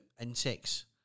insects